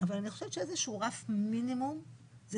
אבל אני חושבת שאיזשהו רף מינימום זה